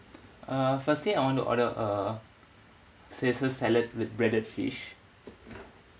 uh firstly I want to order a caesar salad with breaded fish